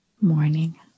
Morning